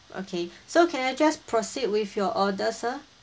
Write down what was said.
okay so can I just proceed with your order sir